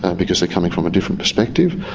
because they're coming from a different perspective,